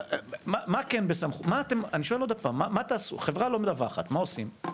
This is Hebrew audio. אני שואל עוד פעם, חברה לא מדווחת, מה עושים?